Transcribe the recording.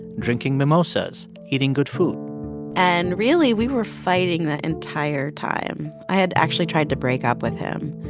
drinking mimosas, eating good food and really, we were fighting the entire time. i had actually tried to break up with him,